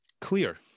Clear